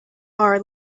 are